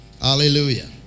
Hallelujah